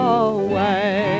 away